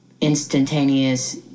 instantaneous